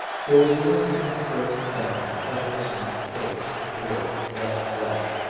there was little of her then that was not cold, weary, wet flesh,